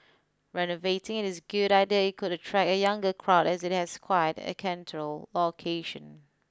renovating it's a good idea and it could attract a younger crowd as it has quite a central location